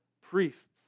priests